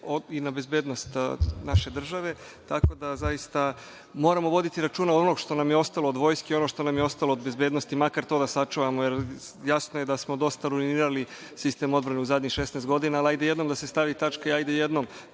i na bezbednost naše države, tako da zaista moramo voditi računa o onome što nam je ostalo od Vojske, o onome što nam je ostalo od bezbednosti, makar to da sačuvamo, jer jasno je da smo dosta ruinirali sistem odbrane u zadnjih šesnaest godina, ali hajde jednom da se stavi tačka i hajde jednom